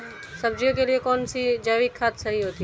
सब्जियों के लिए कौन सी जैविक खाद सही होती है?